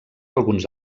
alguns